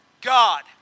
God